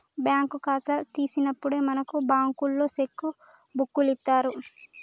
bank ఖాతా తీసినప్పుడే మనకు బంకులోల్లు సెక్కు బుక్కులిత్తరు